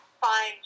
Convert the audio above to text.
fine